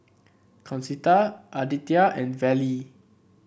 Concetta Aditya and Vallie